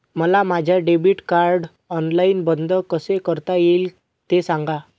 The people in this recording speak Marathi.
मला माझे डेबिट कार्ड ऑनलाईन बंद कसे करता येईल, ते सांगा